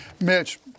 Mitch